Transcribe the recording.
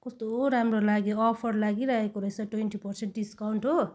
कस्तो राम्रो लाग्यो अफर लागिरहेको रहेछ ट्वेन्टी पर्सेन्ट डिस्काउन्ट हो